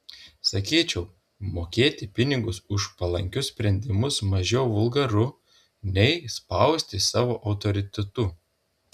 sakyčiau mokėti pinigus už palankius sprendimus mažiau vulgaru nei spausti savu autoritetu